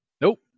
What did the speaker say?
Nope